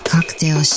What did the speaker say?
Cocktail